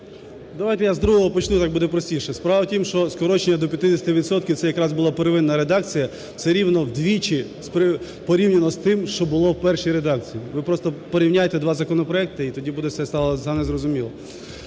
Давайте, я з другого почну. Так буде простіше. Справа в тому, що скорочення до 50 відсотків, це якраз була первинна редакція, все рівно вдвічі порівняно з тим, що було в першій редакції. Ви просто порівняйте два законопроекти і тоді все стане зрозуміло.